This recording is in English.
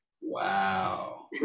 Wow